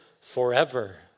forever